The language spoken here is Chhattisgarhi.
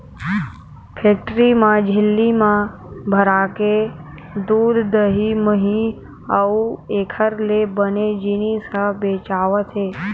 फेकटरी म झिल्ली म भराके दूद, दही, मही अउ एखर ले बने जिनिस ह बेचावत हे